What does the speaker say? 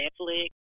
Netflix